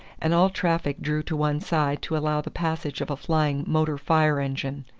and all traffic drew to one side to allow the passage of a flying motor fire-engine.